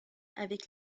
avec